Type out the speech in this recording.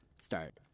start